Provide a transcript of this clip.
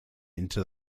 into